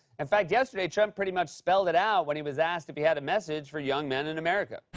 in fact, yesterday, trump pretty much spelled it out when he was asked if he had a message for young men in america.